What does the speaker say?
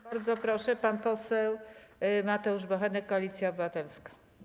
Bardzo proszę, pan poseł Mateusz Bochenek, Koalicja Obywatelska.